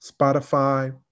Spotify